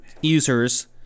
users